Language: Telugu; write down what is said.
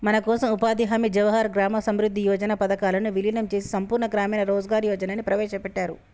మనకోసం ఉపాధి హామీ జవహర్ గ్రామ సమృద్ధి యోజన పథకాలను వీలినం చేసి సంపూర్ణ గ్రామీణ రోజ్గార్ యోజనని ప్రవేశపెట్టారు